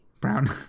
Brown